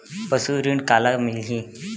पशु ऋण काला मिलही?